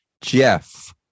jeff